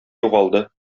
югалды